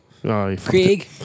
Craig